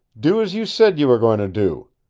do as you said you were going to do.